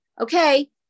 Okay